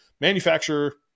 manufacturer